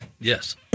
Yes